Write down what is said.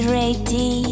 ready